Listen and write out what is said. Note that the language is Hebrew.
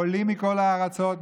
עולים מכל הארצות,